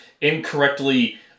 incorrectly